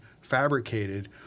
fabricated